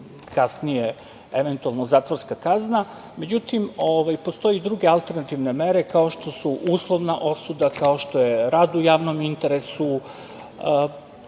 kasnije eventualno, zatvorska kazna, međutim, postoje i druge alternativne mere, kao što su uslovna osuda, kao što je rad u javnom interesu.